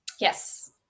Yes